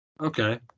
okay